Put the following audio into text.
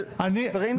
אבל דברים השתנו.